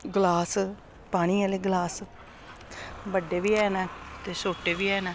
गलास पानी आह्ले गलास बड्डे बी हैन ते छोटे बी हैन